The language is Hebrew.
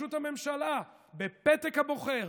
לראשות הממשלה בפתק הבוחר